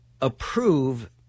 approve